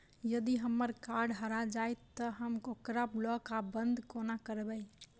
यदि हम्मर कार्ड हरा जाइत तऽ हम ओकरा ब्लॉक वा बंद कोना करेबै?